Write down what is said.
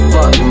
Fuck